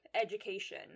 education